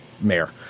mayor